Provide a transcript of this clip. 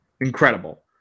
incredible